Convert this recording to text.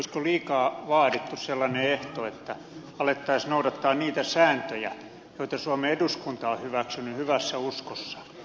olisiko liikaa vaadittu sellainen ehto että alettaisiin noudattaa niitä sääntöjä joita suomen eduskunta on hyväksynyt hyvässä uskossa